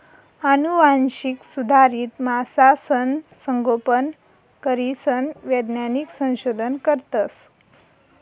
आनुवांशिक सुधारित मासासनं संगोपन करीसन वैज्ञानिक संशोधन करतस